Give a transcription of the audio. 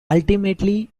ultimately